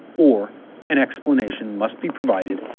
or an explanation must be provided.